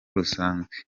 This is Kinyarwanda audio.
rusanzwe